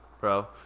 bro